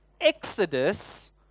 exodus